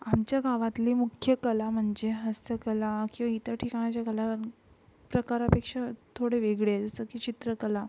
आमच्या गावातली मुख्य कला म्हणजे हस्तकला किंवा इतर ठिकाणच्या कलाप्रकारापेक्षा थोडे वेगळे आहे जसं की चित्रकला